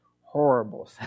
horrible